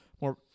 more